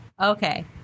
Okay